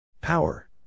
Power